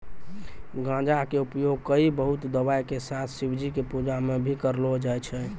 गांजा कॅ उपयोग कई बहुते दवाय के साथ शिवजी के पूजा मॅ भी करलो जाय छै